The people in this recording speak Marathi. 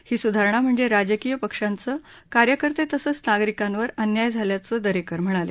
ही स्धारणा म्हणजे राजकीय पक्षांचे कार्यकर्ते तसंच नागरिकांवर अन्याय झाल्याचं दरेकर म्हणाले